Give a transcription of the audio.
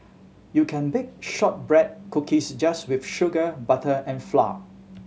you can bake shortbread cookies just with sugar butter and flour